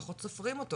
לפחות סופרים אותו.